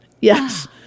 Yes